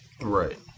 Right